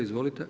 Izvolite.